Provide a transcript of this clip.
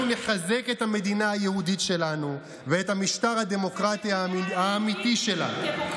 אנחנו נחזק את המדינה היהודית שלנו ואת המשטר הדמוקרטי האמיתי שלנו.